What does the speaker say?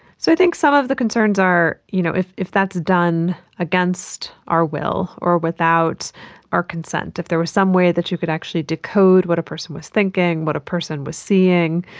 so i think some of the concerns are you know if if that's done against our will or without our consent. if there was some way that you could actually decode what a person was thinking, what a person was seeing,